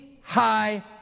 high